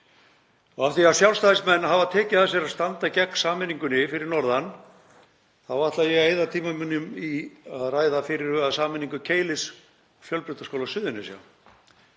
Af því að Sjálfstæðismenn hafa tekið að sér að standa gegn sameiningunni fyrir norðan þá ætla ég að eyða tíma mínum í að ræða fyrirhugaða sameiningu Keilis og Fjölbrautaskóla Suðurnesja.